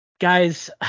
guys